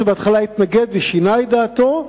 שבהתחלה התנגד ושינה את דעתו,